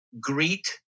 greet